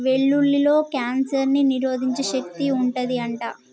వెల్లుల్లిలో కాన్సర్ ని నిరోధించే శక్తి వుంటది అంట